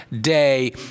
day